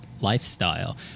lifestyle